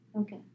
Okay